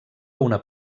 una